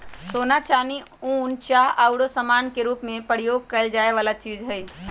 सोना, चानी, नुन, चाह आउरो समान के रूप में प्रयोग करए जाए वला चीज हइ